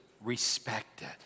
respected